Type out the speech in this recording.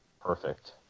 perfect